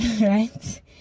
right